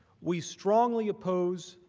we strongly oppose,